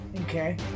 Okay